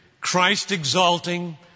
Christ-exalting